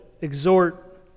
exhort